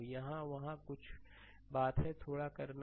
यह वहाँ कुछ बात है कि थोड़ा करना है